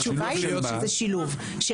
התשובה היא שזה שילוב.